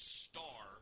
star